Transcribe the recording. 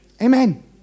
Amen